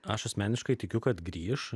aš asmeniškai tikiu kad grįš